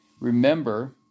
remember